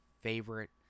favorite